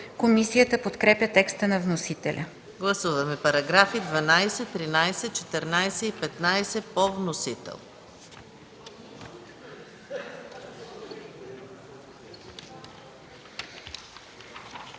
Комисията подкрепя текста на вносителя